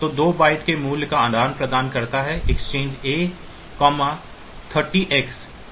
तो 2 बाइट्स के मूल्यों का आदान प्रदान करता है XCH a 30 hex